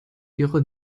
ihre